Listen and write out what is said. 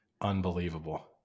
unbelievable